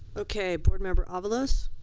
okay. board member avalos.